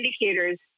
indicators